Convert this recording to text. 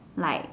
like